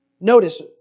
Notice